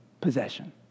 possession